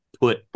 put